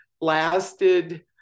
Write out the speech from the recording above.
lasted